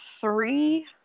three